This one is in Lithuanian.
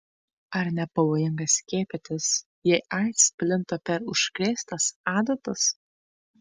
ar nepavojinga skiepytis jei aids plinta per užkrėstas adatas